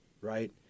right